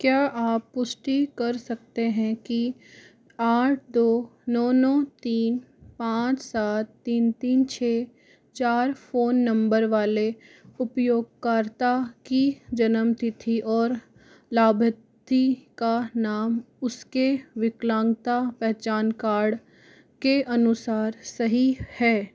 क्या आप पुष्टि कर सकते हैं कि आठ दो नौ नौ तीन पाँच सात तीन तीन छः चार फ़ोन नंबर वाले उपयोगकर्ता की जन्म तिथि और लाभार्ती का नाम उसके विक्लांगता पहचान कार्ड के अनुसार सही है